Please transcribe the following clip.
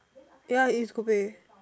ya is okay